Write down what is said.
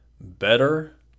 Better